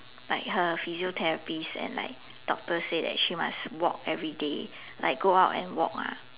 like her physiotherapist and then doctor say that she must walk everyday like go out and walk lah